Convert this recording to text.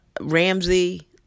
Ramsey